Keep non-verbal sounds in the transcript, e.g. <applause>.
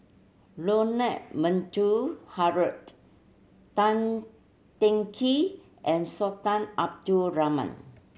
Leonard <unintelligible> Harrod Tan Teng Kee and Sultan Abdul Rahman